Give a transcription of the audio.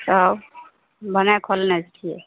तब भने खोलने छियै